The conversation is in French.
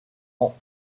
ans